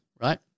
right